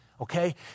okay